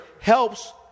helps